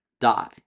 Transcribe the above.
die